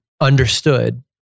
understood